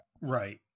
Right